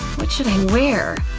what should i wear,